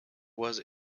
was